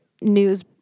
news